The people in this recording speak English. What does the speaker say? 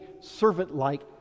servant-like